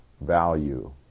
value